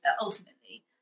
ultimately